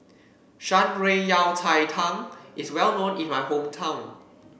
Shan Rui Yao Cai Tang is well known in my hometown